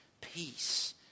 peace